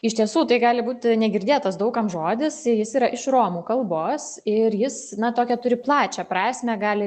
iš tiesų tai gali būti negirdėtas daug kam žodis jis yra iš romų kalbos ir jis na tokią turi plačią prasmę gali